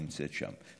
היא נמצאת שם,